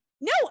No